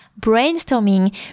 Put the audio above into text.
brainstorming